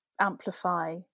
amplify